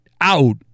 out